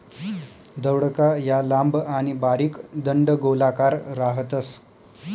दौडका या लांब आणि बारीक दंडगोलाकार राहतस